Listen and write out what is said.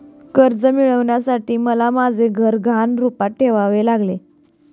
कर्ज मिळवण्यासाठी मला माझे घर गहाण रूपात ठेवावे लागले